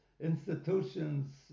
institutions